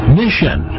mission